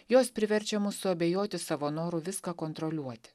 jos priverčia mus suabejoti savo noru viską kontroliuoti